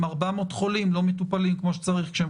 אם 400 חולים לא מטופלים כמו שצריך כשהם